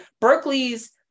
Berkeley's